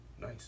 nice